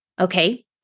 okay